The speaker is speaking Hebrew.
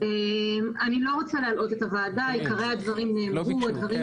לא רוצה להלאות את הוועדה, עיקרי הדברים נאמרו.